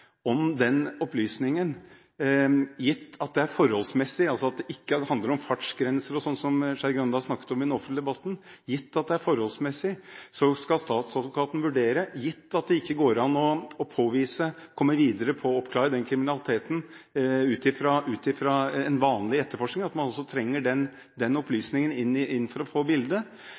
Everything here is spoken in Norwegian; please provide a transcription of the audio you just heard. om en forbrytelse av et visst alvor – altså snakker om en forbrytelse av et visst alvor – skal statsadvokaten – gitt at det er forholdsmessig og ikke handler om fartsgrenser, som Skei Grande har snakket om i den offentlige debatten, gitt at det ikke går an å komme videre med å oppklare den kriminaliteten med en vanlig etterforskning, og at man trenger den opplysningen for å få hele bildet,